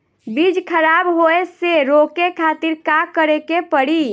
बीज खराब होए से रोके खातिर का करे के पड़ी?